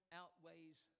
outweighs